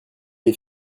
les